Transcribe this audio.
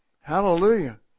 Hallelujah